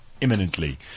imminently